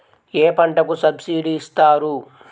ఏ పంటకు సబ్సిడీ ఇస్తారు?